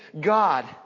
God